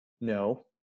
No